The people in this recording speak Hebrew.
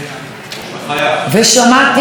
ושמעתי את כבוד ראש הממשלה.